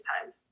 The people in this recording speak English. times